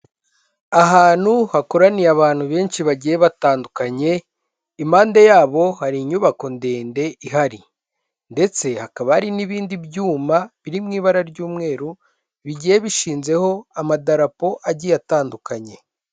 Ahantu hakoraniye abantu benshi bagiye batandukanye, impande yabo, hari inyubako ndende ihari ndetse hakaba hari n'ibindi byuma biri mu ibara ry'umweru bigiye bishinzeho amadarapo agiye atandukanye.